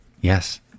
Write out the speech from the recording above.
Yes